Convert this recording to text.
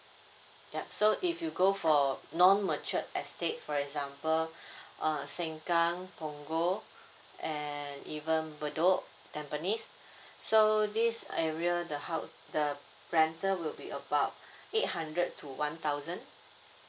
yup so if you go for non mature estate for example uh sengkang punggol and even bedok tampines so this area the house the rental will be about eight hundred to one thousand